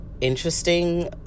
interesting